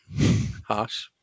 Harsh